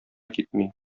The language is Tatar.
китми